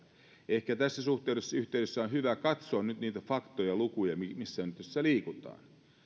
ehkä tässä yhteydessä on hyvä katsoa nyt niitä faktoja ja lukuja missä nyt tässä liikutaan